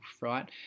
right